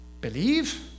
believe